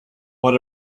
what